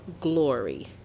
glory